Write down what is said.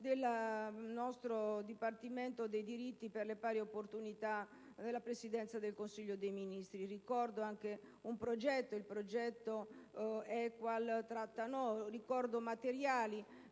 del nostro Dipartimento per i diritti e le pari opportunità della Presidenza del Consiglio dei ministri. Ricordo anche il progetto «Equal Tratta No!»; ricordo i materiali